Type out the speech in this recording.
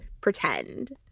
pretend